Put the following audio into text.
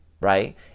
right